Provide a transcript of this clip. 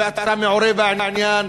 ואתה מעורה בעניין.